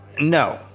No